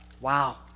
wow